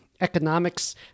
economics